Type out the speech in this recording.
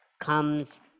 comes